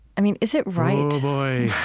i mean, is it right? oh, boy.